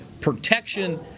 protection